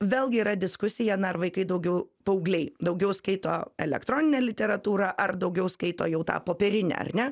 vėlgi yra diskusija na ar vaikai daugiau paaugliai daugiau skaito elektroninę literatūrą ar daugiau skaito jau tą popierinę ar ne